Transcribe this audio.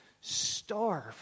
Starve